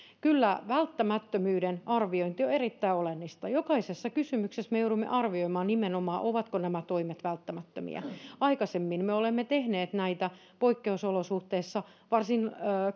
kyllä välttämättömyyden arviointi on on erittäin olennaista jokaisessa kysymyksessä me joudumme arvioimaan nimenomaan ovatko nämä toimet välttämättömiä aikaisemmin me olemme tehneet näitä poikkeusolosuhteissa varsin